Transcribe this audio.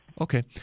okay